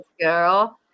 girl